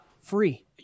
free